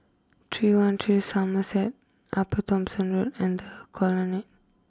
three one three Somerset Upper Thomson Road and the Colonnade